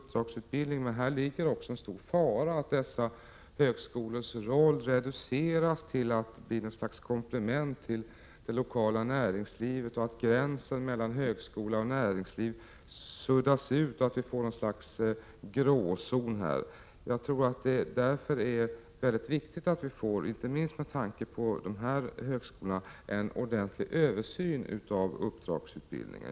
Men det ligger 4 februari 1988 också en stor fara i att dessa högskolors roll reduceras till att bli något slags komplement till det lokala näringslivet så att gränsen mellan högskola och näringsliv suddas ut och vi får någon sorts gråzon. Inte minst med tanke på dessa högskolor är det viktigt att få en ordentlig översyn av uppdragsutbildningen.